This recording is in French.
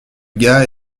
gars